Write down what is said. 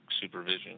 supervision